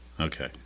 Okay